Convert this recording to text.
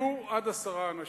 יהיו עד עשרה אנשים.